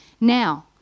now